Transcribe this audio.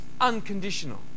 unconditional